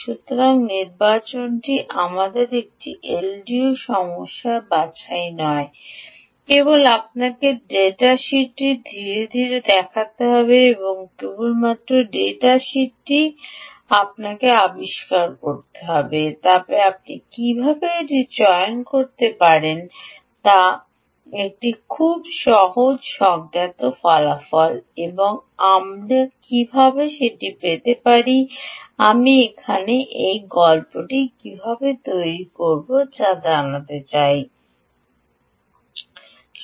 সুতরাং নির্বাচনটি আমাদের একটি এলডিওর সমস্যা বাছাই নয় কেবল আপনাকে কেবল ডাটা শীটটি ধীরে ধীরে দেখতে হবে কেবলমাত্র ডাটা শীটটি কেবল আমাদের আবিষ্কার করতে হবে তবে আপনি কীভাবে একটি চয়ন করতে পারেন তা আমি জানি খুব সহজ স্বজ্ঞাত ফলাফল এবং আমি কীভাবে যেতে পারি আমাদের এখানে থেকে গল্পটি কীভাবে তৈরি করা যায় তা দেখুন